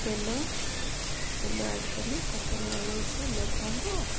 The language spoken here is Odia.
ତେଲ ତେଲ ଆଡ଼୍ କଲୁ ତା'ପରେ ଅଳେଇଚ ଲବଙ୍ଗ